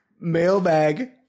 Mailbag